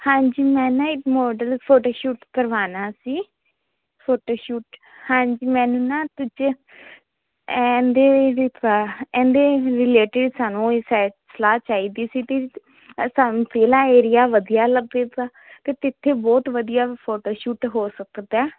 ਹਾਂਜੀ ਮੈਂ ਨਾ ਇੱਕ ਮਾਡਲ ਫੋਟੋ ਸ਼ੂਟ ਕਰਵਾਣਾ ਸੀ ਫੋਟੋ ਸ਼ੂਟ ਹਾਂਜੀ ਮੈਨੂੰ ਨਾ ਦੂਜੇ ਐਂਡ ਦੇ ਸਾਨੂੰ ਸਲਾਹ ਚਾਹੀਦੀ ਸੀ ਤੇ ਸਾਨੂੰ ਪਹਿਲਾਂ ਏਰੀਆ ਵਧੀਆ ਲੱਭੇਗਾ ਤੇ ਤਿਥੇ ਬਹੁਤ ਵਧੀਆ ਫੋਟੋ ਸ਼ੂਟ ਹੋ ਸਕਦਾ